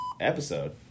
episode